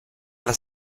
alla